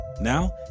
now